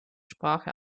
sprache